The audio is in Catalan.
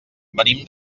venim